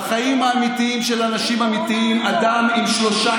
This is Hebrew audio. בחיים האמיתיים של אנשים אמיתיים אדם עם שלושה